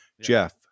Jeff